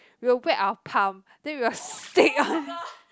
we'll wet our palm then we'll stick on